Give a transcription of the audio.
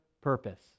purpose